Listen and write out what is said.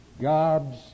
God's